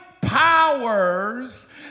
powers